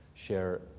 share